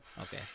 Okay